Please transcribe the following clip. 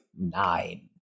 Nine